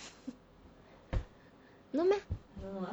not meh